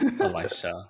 elisha